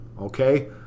Okay